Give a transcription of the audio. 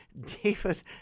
David